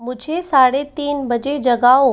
मुझे साढ़े तीन बजे जगाओ